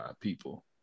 people